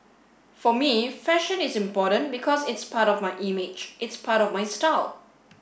for me fashion is important because it's part of my image it's part of my style